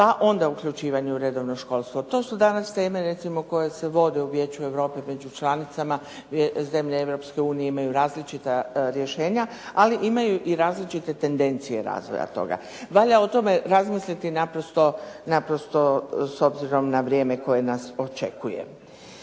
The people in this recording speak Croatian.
pa onda uključivanje u redovno školstvo. To su danas teme recimo koje se vode u Vijeću Europe među članicama. Zemlje Europske unije imaju različita rješenja, ali imaju i različite tendencije razvoja toga. Valja o tome razmisliti naprosto s obzirom na vrijeme koje nas očekuje.